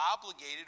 obligated